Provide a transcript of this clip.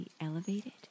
elevated